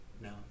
No